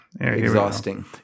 Exhausting